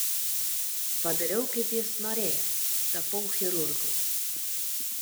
padariau kaip jis norėjo tapau chirurgu